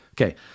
Okay